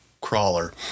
crawler